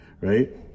right